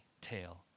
tale